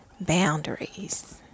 boundaries